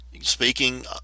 speaking